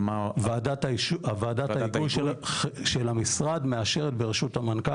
וועדת ההגוי של המשרד מאשרת ברשות המנכ"ל,